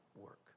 work